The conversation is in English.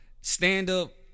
stand-up